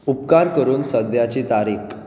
उपकार करून सद्याची तारीख